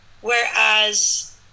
Whereas